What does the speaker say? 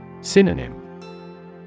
Synonym